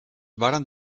varen